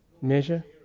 Measure